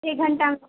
ایک گھنٹہ